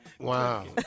Wow